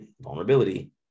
vulnerability